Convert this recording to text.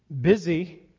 busy